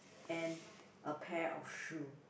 and a pair of shoe